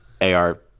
AR